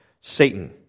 Satan